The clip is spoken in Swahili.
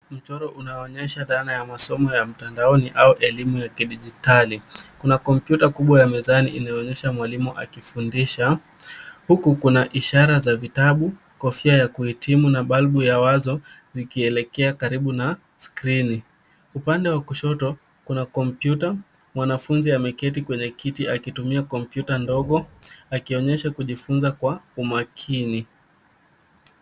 Mchoro unaonyesha dhana ya masomo ya mtandaoni au elimu ya kidigitali. Kuna kompyuta kubwa ya mezani iliyoonyesha mwalimu akifundisha huku kuna ishara za vitabu, kofia ya kuhitimu na balbu ya wazo zikielekea karbu na skrini. Upande wa kushoto kuna kompyuta. Mwanafunzi ameketi kwenye ktii akitumia kompyuta ndogo akionyesha kujifunza kwa umakini.